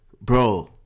Bro